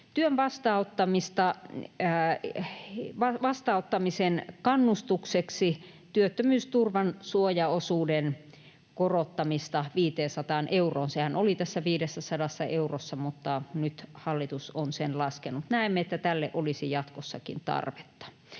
työn vastaanottamisen kannustukseksi työttömyysturvan suojaosuuden korottamista 500 euroon. Sehän oli tässä 500 eurossa, mutta nyt hallitus on sen laskenut. Näemme, että tälle olisi jatkossakin tarvetta.